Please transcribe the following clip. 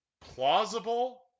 Plausible